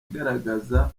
igaragaza